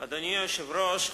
אדוני היושב-ראש,